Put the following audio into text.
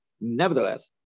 Nevertheless